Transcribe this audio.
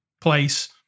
place